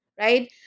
Right